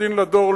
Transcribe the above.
עורך-דין לדור,